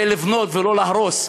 זה לבנות ולא להרוס.